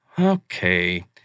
Okay